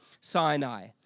Sinai